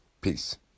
Peace